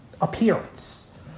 appearance